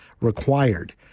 required